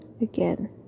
again